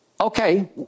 okay